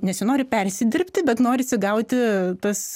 nesinori persidirbti bet norisi gauti tas